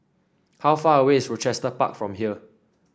how far away is Rochester Park from here